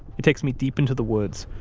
it takes me deep into the woods,